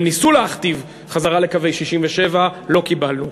הם ניסו להכתיב חזרה לקווי 67', לא קיבלנו,